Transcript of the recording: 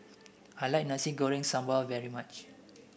I like Nasi Goreng Sambal very much